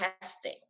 testing